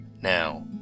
Now